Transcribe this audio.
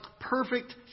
perfect